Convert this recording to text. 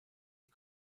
die